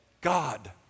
God